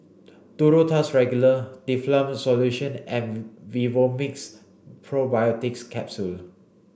Duro Tuss Regular Difflam Solution and Vivomixx Probiotics Capsule